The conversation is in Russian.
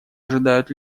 ожидают